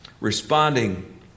responding